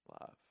love